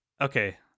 Okay